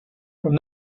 from